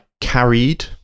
carried